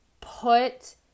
put